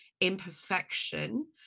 imperfection